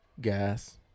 gas